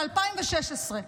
ב-2016,